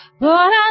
Lord